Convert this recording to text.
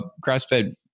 grass-fed